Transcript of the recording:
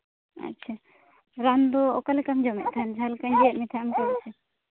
ᱟᱪᱪᱷᱟ ᱨᱟᱱ ᱫᱚ ᱚᱠᱟᱞᱮᱠᱟᱢ ᱡᱚᱢᱮᱫ ᱛᱟᱦᱮᱸᱫ ᱡᱟᱦᱟᱸᱞᱮᱠᱟᱧ ᱞᱟᱹᱭᱟᱫ ᱢᱮ ᱛᱟᱦᱮᱸᱫ ᱚᱱᱠᱟᱞᱮᱠᱟ ᱜᱮᱥᱮ